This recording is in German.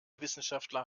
wissenschaftler